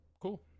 Cool